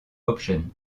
option